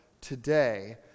today